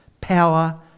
power